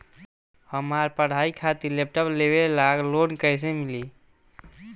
हमार पढ़ाई खातिर लैपटाप लेवे ला लोन कैसे मिली?